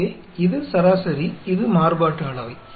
எனவே இது சராசரி இது மாறுபாட்டு அளவை